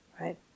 right